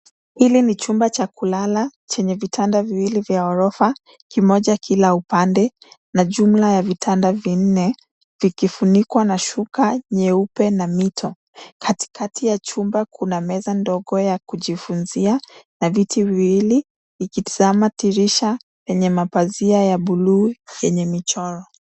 Hili ni chumba cha kulala chenye vitanda viwili vya orofa kimoja kila upande na jumla ya vitanda vinne vikifunikwa na shuka nyeupe na mito. Katikati ya chumba kuna meza ndogo ya kujifunzia na viti viwili vikitazama dirisha yenye mapazia ya buluu yenye michoro.